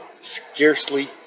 scarcely